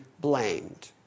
blamed